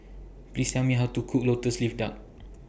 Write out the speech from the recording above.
Please Tell Me How to Cook Lotus Leaf Duck